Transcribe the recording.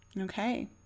okay